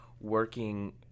working